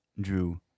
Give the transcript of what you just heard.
Drew